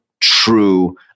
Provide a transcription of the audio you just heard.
true